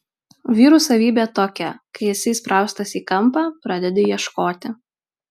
vyrų savybė tokia kai esi įspraustas į kampą pradedi ieškoti